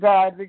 God